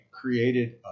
created